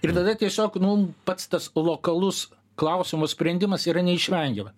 ir tada tiesiog nu pats tas lokalus klausimo sprendimas yra neišvengiamai